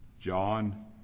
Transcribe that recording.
John